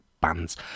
bands